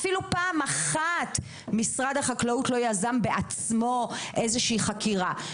אפילו פעם אחת משרד החקלאות לא יזם בעצמו איזושהי חקירה.